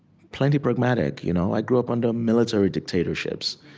plenty pragmatic. you know i grew up under military dictatorships.